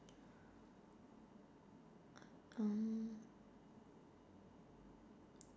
uh